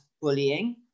bullying